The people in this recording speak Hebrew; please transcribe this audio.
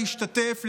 להשתתף,